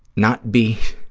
not be,